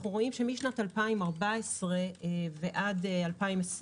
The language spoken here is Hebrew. אנחנו רואים שמשנת 2014 ועד שנת 2020